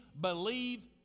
believe